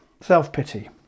self-pity